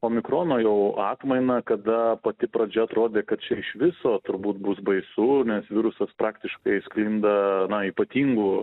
omikrono jau atmaina kada pati pradžia atrodė kad čia iš viso turbūt bus baisu nes virusas praktiškai sklinda na ypatingu